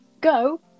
go